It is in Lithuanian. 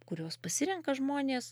kuriuos pasirenka žmonės